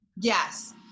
Yes